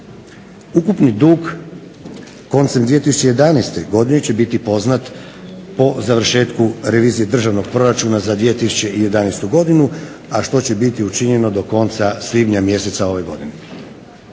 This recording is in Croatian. Ukupni dug koncem 2011. godine će biti poznat po završetku revizije Državnog proračuna za 2011. godinu a što će biti učinjeno do konca svibnja mjeseca ove godine.